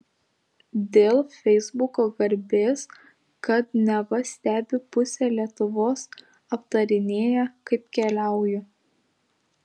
dėl feisbuko garbės kad neva stebi pusė lietuvos aptarinėja kaip keliauju